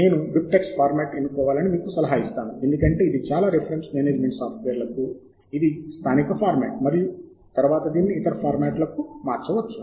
నేను BibTeX format ఎన్నుకోవాలని మీకు సలహా ఇస్తాను ఎందుకంటే ఇది చాలా రిఫరెన్స్ మేనేజ్మెంట్ సాఫ్ట్వేర్ లకు ఇది స్థానిక ఫార్మాట్ మరియు తరువాత దీనిని ఇతర ఫార్మాట్లకు మార్చవచ్చు